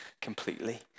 completely